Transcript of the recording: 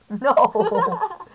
No